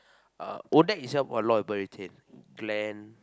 uh Odac itself a lot of people retain Glenn